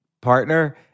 partner